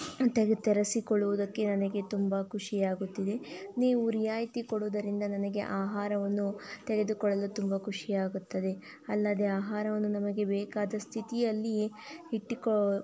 ತೆಗೆ ತರಿಸಿಕೊಳ್ಳುವುದಕ್ಕೆ ನನಗೆ ತುಂಬ ಖುಷಿಯಾಗುತ್ತಿದೆ ನೀವು ರಿಯಾಯಿತಿ ಕೊಡುವುದರಿಂದ ನನಗೆ ಆಹಾರವನ್ನು ತೆಗೆದುಕೊಳ್ಳಲು ತುಂಬ ಖುಷಿ ಆಗುತ್ತದೆ ಅಲ್ಲದೇ ಆಹಾರವನ್ನು ನಮಗೆ ಬೇಕಾದ ಸ್ಥಿತಿಯಲ್ಲಿಯೇ ಇಟ್ಟಿಕೊ